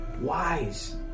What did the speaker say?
wise